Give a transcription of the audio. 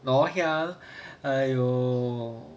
ngoh hiang !aiyo!